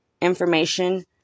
information